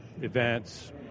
events